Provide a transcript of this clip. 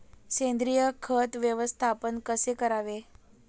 सेंद्रिय खत व्यवस्थापन कसे करावे?